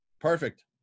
Perfect